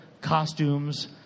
costumes